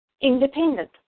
independent